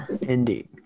Indeed